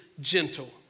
gentle